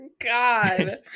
God